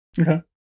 Okay